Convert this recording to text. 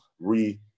re